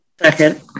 Second